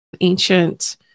ancient